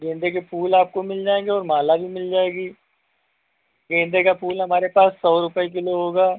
गेंदे के फूल आपको मिल जाएँगे और माला भी मिल जाएगी गेंदे का फूल हमारे पास सौ रुपये किलो होगा